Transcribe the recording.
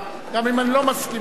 גם אם אני לא מסכים לה,